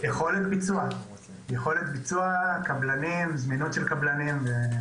יכולת ביצוע, זמינות של קבלנים.